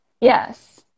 Yes